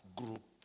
group